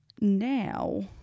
Now